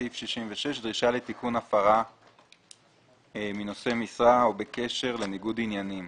66.דרישה לתיקון הפרה מנושא משרה או בקשר לניגוד עניינים